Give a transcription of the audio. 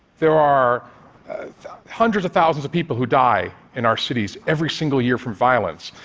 there are hundreds of thousands of people who die in our cities every single year from violence,